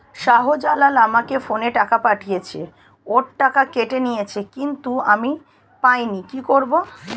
শাহ্জালাল আমাকে ফোনে টাকা পাঠিয়েছে, ওর টাকা কেটে নিয়েছে কিন্তু আমি পাইনি, কি করব?